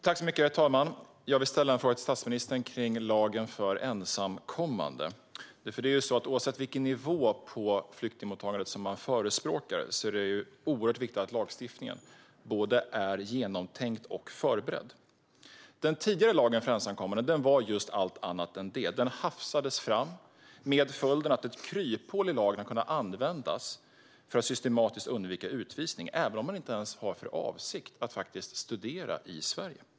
Herr talman! Jag vill ställa en fråga till statsministern om lagen för ensamkommande. Oavsett vilken nivå som man förespråkar på flyktingmottagandet är det oerhört viktigt att lagstiftningen är genomtänkt och förberedd. Den tidigare lagen för ensamkommande var allt annat än just det. Den hafsades fram med följden att ett kryphål i lagen kunde användas för att systematiskt undvika utvisning, även om man inte ens haft för avsikt att studera i Sverige.